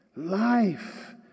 Life